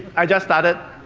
i just started,